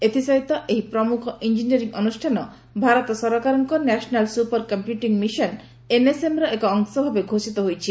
ଏଥିସହିତ ଏହି ପ୍ରମୁଖ ଇଞ୍ଜିନିୟରି ଅନୁଷ୍ଠାନ ଭାରତ ସରକାରଙ୍କ national super computing mission NSM ର ଏକ ଅଶ ଭାବେ ଘୋଷିତ ହୋଇଛି